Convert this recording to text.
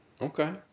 Okay